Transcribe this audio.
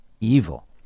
evil